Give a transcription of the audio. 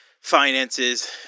finances